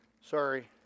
Sorry